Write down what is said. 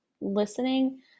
listening